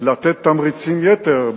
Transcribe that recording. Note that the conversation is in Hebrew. לתת תמריצי יתר,